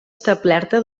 establerta